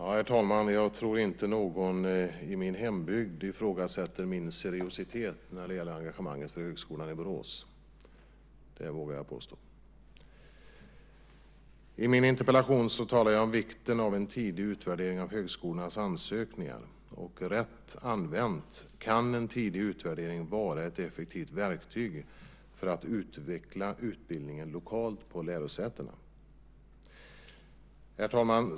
Herr talman! Jag tror inte någon i min hembygd ifrågasätter min seriositet när det gäller engagemanget för Högskolan i Borås. Det vågar jag påstå. I min interpellation talar jag om vikten av en tidig utvärdering av högskolornas ansökningar. Rätt använd kan en tidig utvärdering vara ett effektivt verktyg för att utveckla utbildningen lokalt på lärosätena. Herr talman!